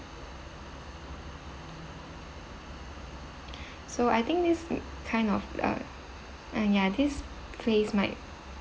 so I think this kind of uh uh ya this place might